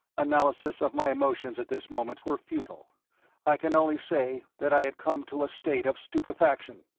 analysis of my emotions at this moment were futile i can only say that i had come to a state of stupefaction.